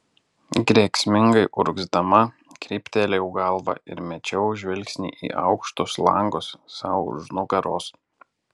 grėsmingai urgzdama kryptelėjau galvą ir mečiau žvilgsnį į aukštus langus sau už nugaros